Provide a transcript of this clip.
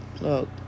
look